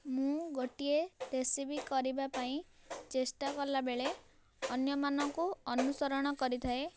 ମୁଁ ଗୋଟିଏ ରେସିପି କରିବା ପାଇଁ ଚେଷ୍ଟା କଲା ବେଳେ ଅନ୍ୟମାନଙ୍କୁ ଅନୁସରଣ କରିଥାଏ